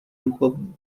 duchovní